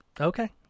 Okay